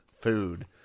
food